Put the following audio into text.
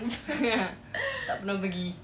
tak pernah pergi